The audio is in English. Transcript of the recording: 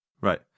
Right